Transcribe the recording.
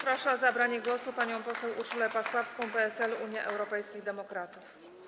Proszę o zabranie głosu panią poseł Urszulę Pasławską, PSL - Unia Europejskich Demokratów.